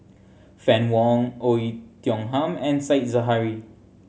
Fann Wong Oei Tiong Ham and Said Zahari